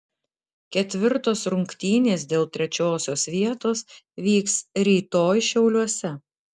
ketvirtos rungtynės dėl trečiosios vietos vyks rytoj šiauliuose